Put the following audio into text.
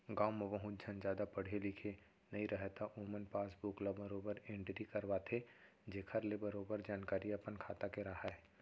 गॉंव म बहुत झन जादा पढ़े लिखे नइ रहयँ त ओमन पासबुक ल बरोबर एंटरी करवाथें जेखर ले बरोबर जानकारी अपन खाता के राहय